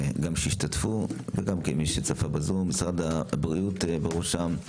גם שהשתתפו וגם כמי שצפו בזום: משרד הבריאות בראשם,